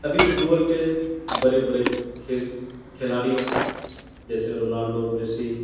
ابھی football کے بڑے بڑے کھیل کھلاڑیوں جیسے رونالڈو میسی